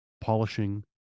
polishing